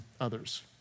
others